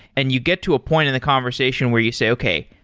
and you get to a point in the conversation where you say, okay.